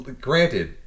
granted